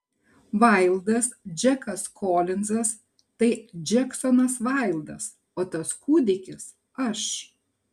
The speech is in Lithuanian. vaildas džekas kolinzas tai džeksonas vaildas o tas kūdikis aš